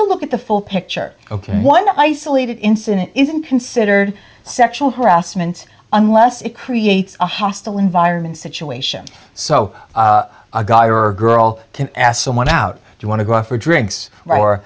to look at the full picture ok one isolated incident isn't considered sexual harassment unless it creates a hostile environment situation so a guy or girl to ask someone out do you want to go out for drinks or